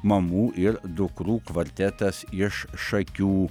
mamų ir dukrų kvartetas iš šakių